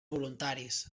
voluntaris